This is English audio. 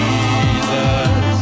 Jesus